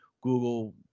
Google